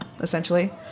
essentially